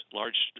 large